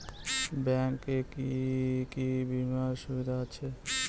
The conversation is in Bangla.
ব্যাংক এ কি কী বীমার সুবিধা আছে?